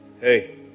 hey